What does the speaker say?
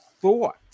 thought